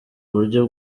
uburyo